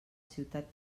ciutat